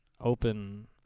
open